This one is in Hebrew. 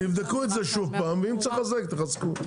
תבדקו את זה שוב פעם, ואם צריך לחזק, תחזקו.